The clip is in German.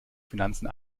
finanzen